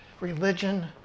religion